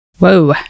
Whoa